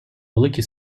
великі